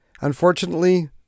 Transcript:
Unfortunately